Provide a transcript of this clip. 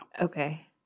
Okay